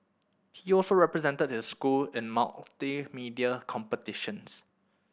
he also represented his school in multimedia competitions